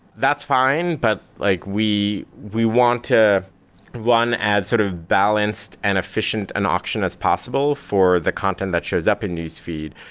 that's fine, but like we we want to one add sort of balanced and efficient and auction as possible for the content that shows up in newsfeed.